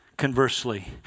Conversely